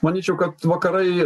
manyčiau kad vakarai